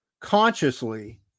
consciously